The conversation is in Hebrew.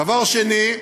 דבר שני,